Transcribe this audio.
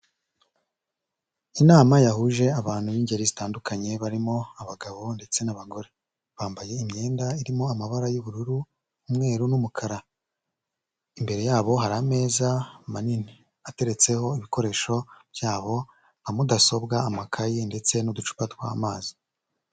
Inama yahuje abantu b'ingeri zitandukanye barimo abagabo ndetse n'abagore, bambaye imyenda irimo amabara y'ubururu, umweru n'umukara. Imbere yabo hari ameza manini ateretseho ibikoresho byabo nka mudasobwa, amakaye ndetse n'uducupa tw'amazi.